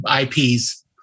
IPs